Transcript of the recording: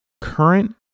Current